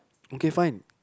okay fine